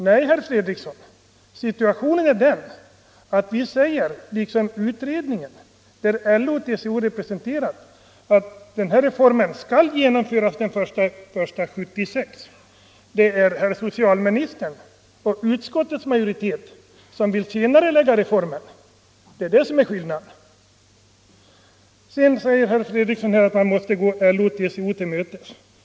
Nej, herr Fredriksson, situationen är den att vi liksom utredningen, där LO och TCO är representerade, vill att reformen skall genomföras den 1 januari 1976. Det är socialministern och utskottets majoritet som vill senarelägga reformen. Det är det som är skillnaden. Sedan säger herr Fredriksson att man måste gå LO och TCO till mötes.